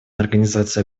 организации